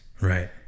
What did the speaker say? right